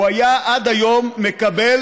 הוא היה עד היום מקבל